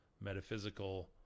metaphysical